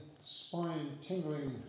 spine-tingling